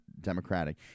Democratic